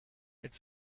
its